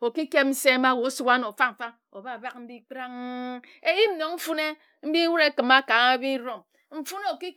Okikeb nge ma wae osuk anpr mfa mfa oba bak mbi nse eyim nong mfine mbi wud ekima ka bi-rom mfuni oki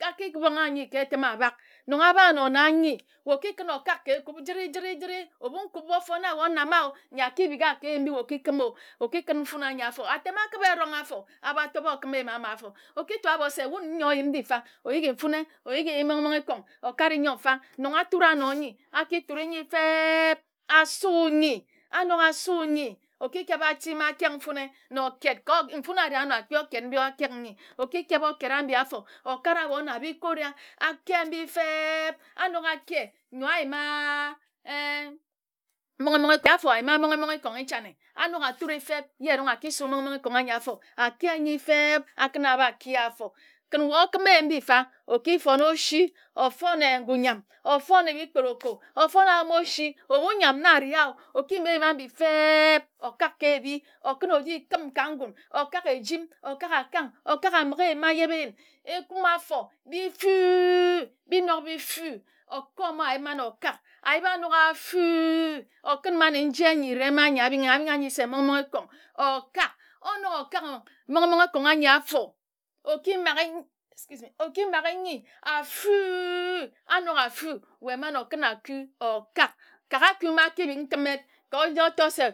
anyi ke etim abak nong aba anor na nyi wae okikim okak ekub jif jid jid ebu nkud ofor na wae onama a nyi akibika kr ebi nyi okikim okikun mfuni anyi anor afor atwm akiba erong afor abatopa akim eyim ama afor okitor abor se wun nyor yim mbifa oyika mfune oyiki mmon mmon ikong okare nyor mfa nong atu na anor nyi akituri nyinr feb a su nyi anok asu nyi okikeb ati ma akek mfuni na okeb kw mguni areh anor akpi okek nyi akok nji akok oki keb okek onyi afor okara abor na abi kurq akr mbi feb. anok ake nyor ayi ma eb mmon mmon ikeng afor ayima mmon mmon ikong nchane anok aturi feb ye erong akisu mmon mmon ikong anyi afor ake nyine feḅ. akin abakia afor kin kae okime eyim mbi mfa okifon osi du nyam na areh a okiyim okak ejim okak akang ambighr eyim ma ajebe ekuma afor bi-fu. bi nok bi-fu okak mon ayip okak ayip anok afo. okun man nje anyi nyi ibem anyi nyi aruna se mmon mmon ikong okak onok okak mmon mmon ikong anyi afor okimage excuse mr okima gr nyine afu anok afu wae man okun aku okqk kak aku ma akibik ntim yid ka otot se